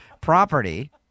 property